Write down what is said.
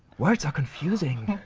words are confusing.